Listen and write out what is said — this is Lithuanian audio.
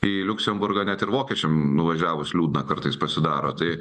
į liuksemburgą net ir vokiečiams nuvažiavus liūdna kartais pasidaro tai